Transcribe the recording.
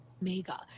mega